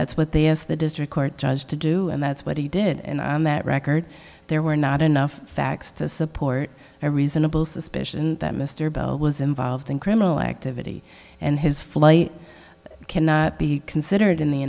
that's what they asked the district court judge to do and that's what he did and that record there were not enough facts to support a reasonable suspicion that mr bell was involved in criminal activity and his flight can be considered in the